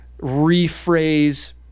rephrase